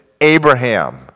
Abraham